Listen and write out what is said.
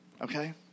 Okay